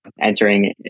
entering